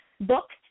booked